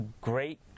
Great